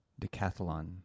decathlon